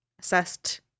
assessed